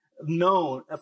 known